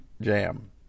jam